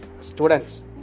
students